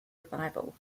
revival